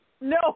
no